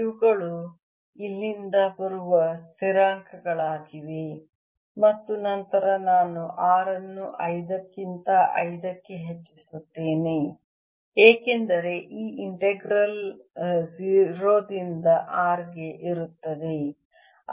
ಇವುಗಳು ಇಲ್ಲಿಂದ ಬರುವ ಸ್ಥಿರಾಂಕಗಳಾಗಿವೆ ಮತ್ತು ನಂತರ ನಾನು R ಅನ್ನು 5 ಕ್ಕಿಂತ 5 ಕ್ಕೆ ಹೆಚ್ಚಿಸುತ್ತೇನೆ ಏಕೆಂದರೆ ಈ ಇಂಟೆಗ್ರಲ್ ವು 0 ರಿಂದ R ಗೆ ಇರುತ್ತದೆ